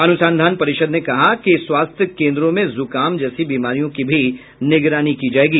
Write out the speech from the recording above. अनुसंधान परिषद ने कहा है कि स्वास्थ्य केन्द्रों में जुकाम जैसी बीमारियों की भी निगरानी की जाएगी